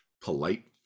polite